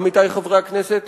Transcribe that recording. עמיתי חברי הכנסת,